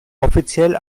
offiziell